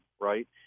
right